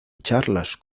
charlas